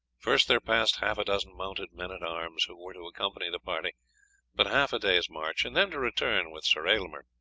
first there passed half a dozen mounted men-at-arms, who were to accompany the party but half a day's march and then to return with sir aylmer.